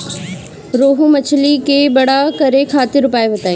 रोहु मछली के बड़ा करे खातिर उपाय बताईं?